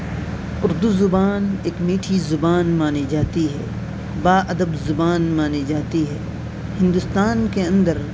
اردو زبان ایک میٹھی زبان مانی جاتی ہے با ادب زبان مانی جاتی ہے ہندوستان کے اندر